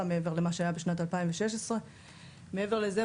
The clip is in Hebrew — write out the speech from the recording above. מעבר למה שהיה בשנת 2016. מעבר לזה,